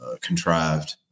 contrived